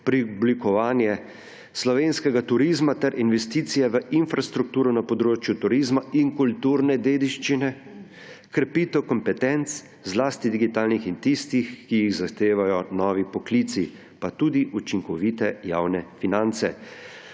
preoblikovanje slovenskega turizma ter investicije v infrastrukturo na področju turizma in kulturne dediščine, krepitev kompetenc, zlasti digitalnih in tistih, ki jih zahtevajo novi poklici, pa tudi učinkovite javne finance.